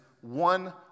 one